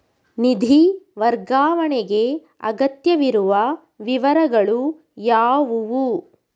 ನಿಧಿ ವರ್ಗಾವಣೆಗೆ ಅಗತ್ಯವಿರುವ ವಿವರಗಳು ಯಾವುವು?